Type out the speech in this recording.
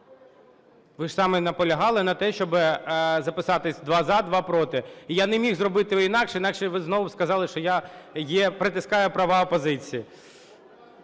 Ви ж самі наполягали на те, щоби записатися: два – за, два – проти. Я не міг зробити інакше, інакше б ви знову сказали, що я притискаю права опозиції.